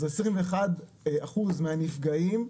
אז 21% מהנפגעים,